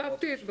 רשמתי את בקשתך.